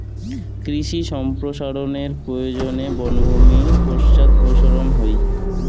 কৃষি সম্প্রসারনের প্রয়োজনে বনভূমি পশ্চাদপসরন হই